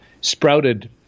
sprouted